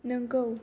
नोंगौ